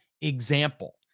example